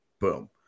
boom